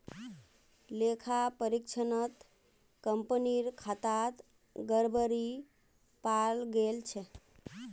लेखा परीक्षणत कंपनीर खातात गड़बड़ी पाल गेल छ